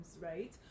right